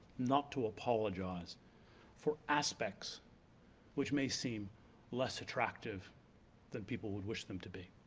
not to apologize for aspects which may seem less attractive than people would wish them to be.